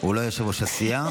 הוא לא יושב-ראש הסיעה,